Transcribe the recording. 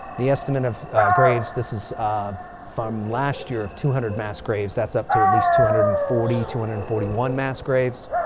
the estimate of graves. this is from last year of two hundred mass graves. that's up to at least two hundred and forty, two hundred and forty one mass graves.